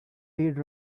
did